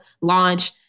launch